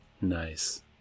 Nice